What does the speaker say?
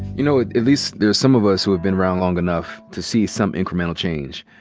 you know, at least there are some of us who have been around long enough to see some incremental change.